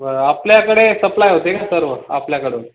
बरं आपल्याकडे सप्लाय होते का सर्व आपल्याकडून